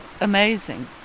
amazing